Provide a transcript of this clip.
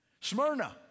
Smyrna